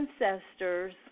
ancestors